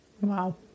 wow